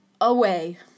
away